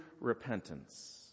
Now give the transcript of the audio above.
repentance